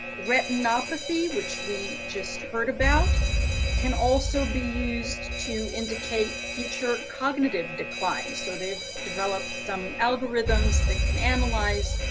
retinopathy, which we just heard about can also be used to indicate future cognitive decline, so they've developed some algorithms that can analyze